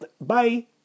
Bye